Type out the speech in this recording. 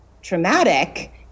traumatic